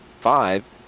five